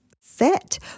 fit